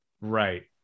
Right